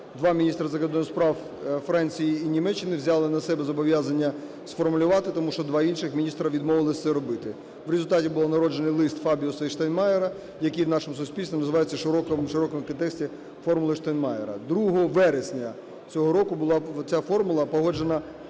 Два міністри закордонних справ Франції і Німеччини взяли на себе зобов'язання сформулювати, тому що два інших міністра відмовились це робити. В результаті був народжений лист Фабіуса і Штайнмайєра, який в нашому суспільстві називається в широкому підтексті "формулою Штайнмайєра" Другого вересня цього року була ця формула погоджена